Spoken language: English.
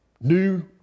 New